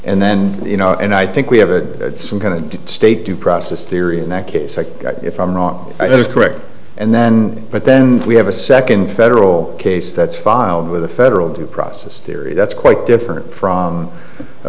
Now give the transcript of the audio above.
and then you know and i think we have a some kind of state due process theory in that case if i'm wrong either correct and then but then we have a second federal case that's filed with the federal due process theory that's quite different from a